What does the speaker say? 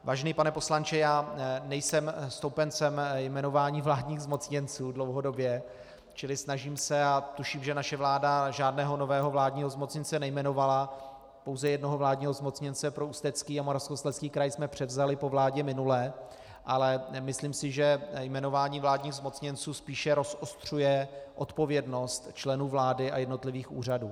Vážený pane poslanče, já nejsem stoupencem jmenování vládních zmocněnců dlouhodobě, čili snažím se, a tuším, že naše vláda žádného nového vládního zmocněnce nejmenovala, pouze jednoho vládního zmocněnce pro Ústecký a Moravskoslezský kraj jsme převzali po vládě minulé, ale myslím si, že jmenování vládních zmocněnců spíše rozostřuje odpovědnost členů vlády a jednotlivých úřadů.